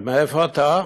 ומאיפה אתה?